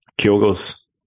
Kyogo's